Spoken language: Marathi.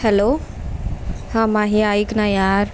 हॅलो हां माही ऐक ना यार